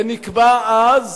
ונקבע אז